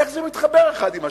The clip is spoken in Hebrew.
איך זה מתחבר אחד עם השני?